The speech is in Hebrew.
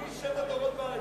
אני שבעה דורות.